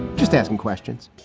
just asking questions.